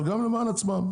אבל גם לטובת עצמם.